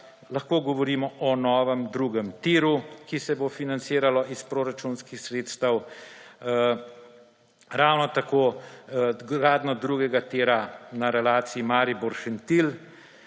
lahko govorimo o novem drugem tiru, ki se bo financiral iz proračunskih sredstev. Ravno tako gradnjo drugega tira na relaciji Maribor–Šentilj,